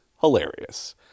hilarious